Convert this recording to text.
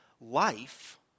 life